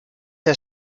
der